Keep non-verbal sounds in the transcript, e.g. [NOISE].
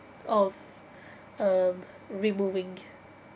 of [BREATH] um removing